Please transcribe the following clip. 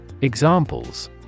Examples